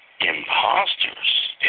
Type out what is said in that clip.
Imposters